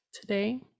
today